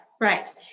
Right